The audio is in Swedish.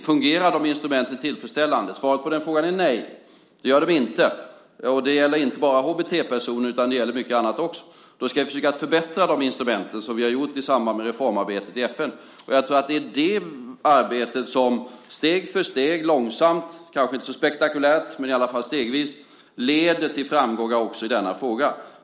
Och fungerar de instrumenten tillfredsställande? Svaret på den frågan är nej. Det gör de inte. Det gäller inte bara HBT-personer utan också mycket annat. Då ska vi försöka förbättra de instrumenten precis som vi har gjort i samband med reformarbetet i FN. Jag tror att det är det arbetet som steg för steg - långsamt, kanske inte så spektakulärt men i alla fall stegvis - leder till framgångar också i denna fråga.